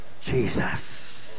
Jesus